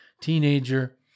teenager